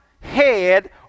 head